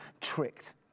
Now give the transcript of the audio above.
tricked